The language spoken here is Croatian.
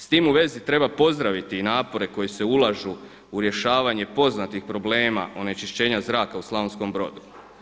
S time u vezi treba pozdraviti i napore koji se ulažu u rješavanje poznatih problema onečišćenja zraka u Slavonskom brodu.